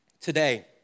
Today